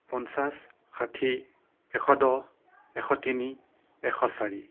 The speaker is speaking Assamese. পঞ্চাছ ষাঠি এশ দহ এশ তিনি এশ চাৰি